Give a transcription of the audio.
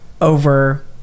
over